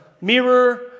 mirror